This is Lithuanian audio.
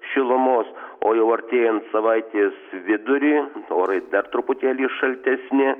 šilumos o jau artėjant savaitės vidurį orai dar truputėlį šaltesni